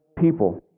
people